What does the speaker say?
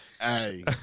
Hey